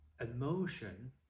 emotion